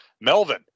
melvin